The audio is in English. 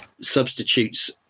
substitutes